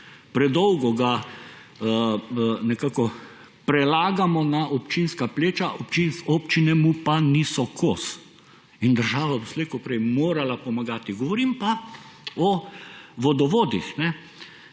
Predolgo ga nekako prelagamo na občinska pleča, občine mu pa niso kos. Država bo slej ko prej morala pomagati. Govorim pa o vodovodih.